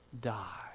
Die